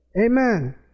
Amen